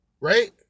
Right